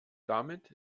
damit